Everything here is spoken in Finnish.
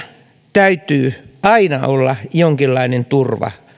täytyy aina olla jonkinlainen turva